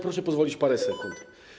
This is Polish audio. Proszę mi pozwolić, parę sekund.